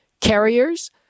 carriers